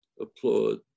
applaud